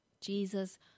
Jesus